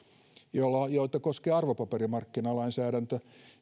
joita koskee arvopaperimarkkinalainsäädäntö